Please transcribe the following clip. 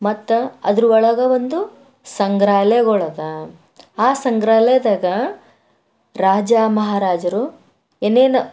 ಮತ್ತೆ ಅದ್ರುವೊಳಗೆ ಒಂದು ಸಂಗ್ರಹಾಲಯಗುಳದ ಆ ಸಂಗ್ರಹಾಲಯ್ದಾಗೆ ರಾಜ ಮಹಾರಾಜರು ಏನೇನು